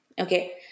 okay